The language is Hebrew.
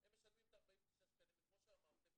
הם משלמים את ה-49 שקלים וכמו שאמרתם,